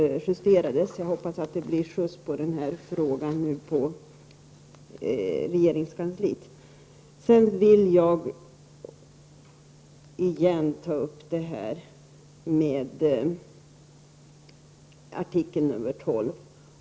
Jag hoppas att det blir skjuts på frågan på regeringskansliet. Sedan vill jag igen ta upp detta med artikel 12.